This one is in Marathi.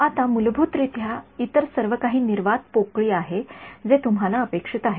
आता मुलभूतरित्या इतर सर्व काही निर्वात पोकळी आहे जे तुम्हाला अपेक्षित आहे